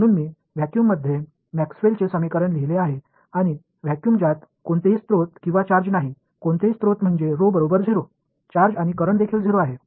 म्हणून मी व्हॅक्यूम मध्ये मॅक्सवेल चे समीकरण लिहिले आहेत आणि व्हॅक्यूम ज्यात कोणतेही स्रोत किंवा चार्ज नाही कोणतेही स्रोत म्हणजे बरोबर 0 चार्ज आणि करंट देखील 0 आहे